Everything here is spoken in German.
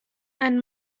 ein